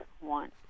one